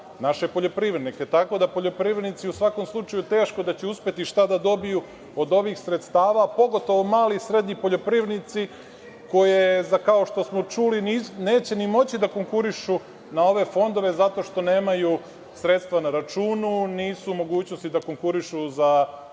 naše poljoprivrednike. Tako da poljoprivrednici u svakom slučaju teško da će uspeti šta da dobiju od ovih sredstava, pogotovo mali i srednji poljoprivrednici koje je, kao što smo čuli neće ni moći da konkurišu na ove fondove, zato što nemaju sredstva na računu. Nisu u mogućnosti da konkurišu za